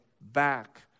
back